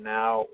now